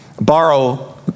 borrow